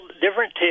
different